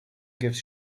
gives